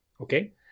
okay